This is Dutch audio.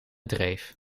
dreef